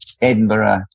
Edinburgh